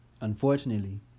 Unfortunately